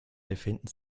befinden